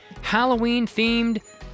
Halloween-themed